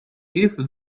give